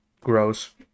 gross